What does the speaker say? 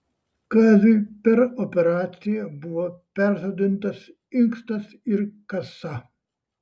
kaziui per operaciją buvo persodintas inkstas ir kasa